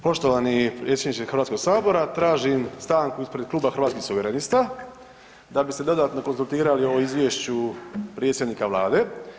Poštovani predsjedniče Hrvatskog sabora, tražim stanku ispred Kluba Hrvatskih suverenista da bi se dodatno konzultirali o izvješću predsjednika Vlade.